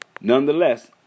Nonetheless